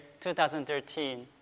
2013